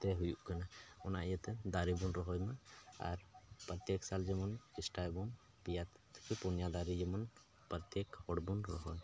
ᱛᱮ ᱦᱩᱭᱩᱜ ᱠᱟᱱᱟ ᱚᱱᱟ ᱤᱭᱟᱹᱛᱮ ᱫᱟᱨᱮ ᱵᱚᱱ ᱨᱚᱦᱚᱭᱢᱟ ᱟᱨ ᱯᱨᱚᱛᱮᱠ ᱥᱟᱞ ᱡᱮᱢᱚᱱ ᱪᱮᱥᱴᱟᱭᱟᱵᱚᱱ ᱯᱮᱭᱟ ᱛᱷᱮᱠᱮ ᱯᱩᱱᱭᱟ ᱫᱟᱨᱮ ᱡᱮᱢᱚᱱ ᱯᱚᱨᱛᱮᱠ ᱦᱚᱲ ᱵᱚᱱ ᱨᱚᱦᱚᱭ